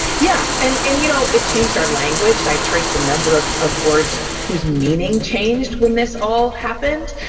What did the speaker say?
yeah, and and you know it changed our language. i traced a number of of words whose meaning changed when this all happened,